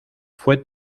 fue